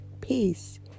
peace